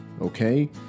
okay